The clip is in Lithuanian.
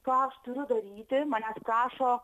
ką aš turiu daryti manęs prašo